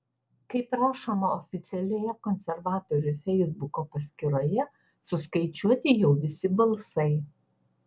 kaip rašoma oficialioje konservatorių feisbuko paskyroje suskaičiuoti jau visi balsai